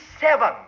seven